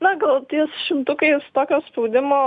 na gal ties šimtukais tokio spaudimo